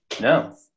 No